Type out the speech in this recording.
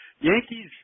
Yankees